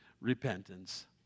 repentance